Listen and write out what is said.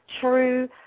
true